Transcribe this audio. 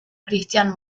cristián